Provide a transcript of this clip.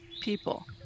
people